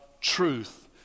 truth